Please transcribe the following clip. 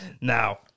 Now